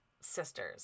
sisters